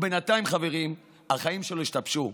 ובינתיים חברים, החיים שלו השתבשו,